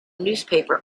newspaper